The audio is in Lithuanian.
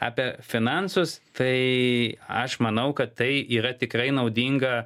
apie finansus tai aš manau kad tai yra tikrai naudinga